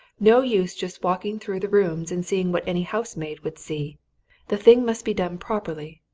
no use just walking through the rooms, and seeing what any housemaid would see the thing must be done properly.